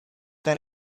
then